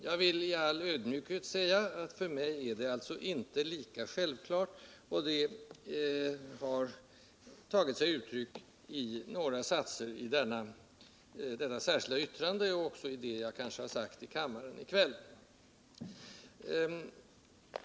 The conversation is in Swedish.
Jag vill i all ödmjukhet säga att för mig är det alltså inte lika självklart, och detta har tagit sig uttryck i några satser i det särskilda yttrandet och kanske också i vad jag har sagt i kammaren i kväll.